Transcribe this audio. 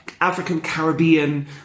African-Caribbean